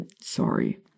Sorry